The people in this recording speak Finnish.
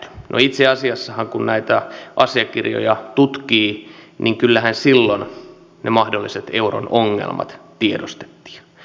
itse asiassahan kun näitä asiakirjoja tutkii niin kyllähän silloin ne mahdolliset euron ongelmat tiedostettiin